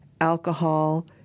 alcohol